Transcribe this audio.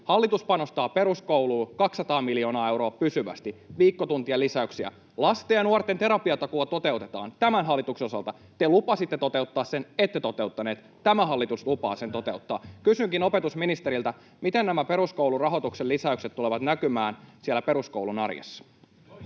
hallitus panostaa peruskouluun 200 miljoonaa euroa pysyvästi, viikkotuntien lisäyksiä. Lasten ja nuorten terapiatakuu toteutetaan tämän hallituksen osalta. Te lupasitte toteuttaa sen, ette toteuttaneet. Tämä hallitus lupaa sen toteuttaa. Kysynkin opetusministeriltä: miten nämä peruskoulurahoituksen lisäykset tulevat näkymään siellä peruskoulun arjessa?